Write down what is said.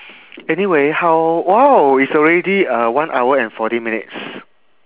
anyway how !wow! it's already uh one hour and forty minutes